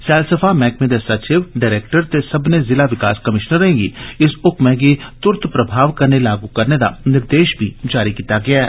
सैलसफा मैहकमे दे सचिव डरैक्टर ते सब्बनें जिला विकास कमीश्नरें गी इस हुक्मै गी तुरत प्रभाव कन्ने लागू करने दा निर्देश जारी कीता गेआ ऐ